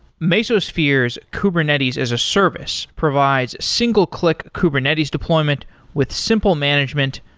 mesosphere's kubernetes as a service provides single-click kubernetes deployment with simple management,